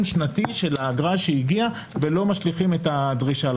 שנתי של האגרה שהגיעה ולא משליכים את הדרישה.